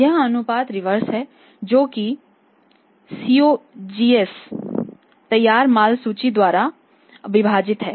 यह अनुपात रिवर्स है जो कि सीओजीएस तैयार माल सूची द्वारा विभाजित है